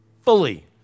fully